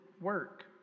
work